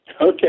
Okay